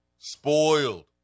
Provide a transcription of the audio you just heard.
Spoiled